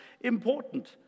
important